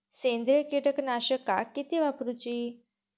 सेंद्रिय कीटकनाशका किती वापरूची?